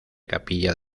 capilla